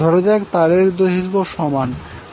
ধরা যাক তারের দৈর্ঘ্যে সমান l